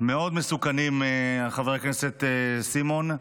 מאוד מסוכנים, חבר הכנסת סימון,